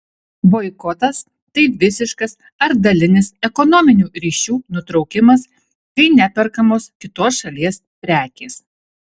boikotas tai visiškas ar dalinis ekonominių ryšių nutraukimas kai neperkamos kitos šalies prekės